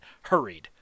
hurried